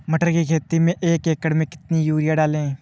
मटर की खेती में एक एकड़ में कितनी यूरिया डालें?